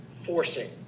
forcing